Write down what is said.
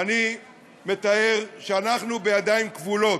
ואני מתאר שאנחנו בידיים כבולות,